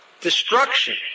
destruction